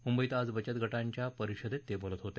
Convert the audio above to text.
मुंबईत आज बचतगटांच्या परिषदेत ते बोलत होते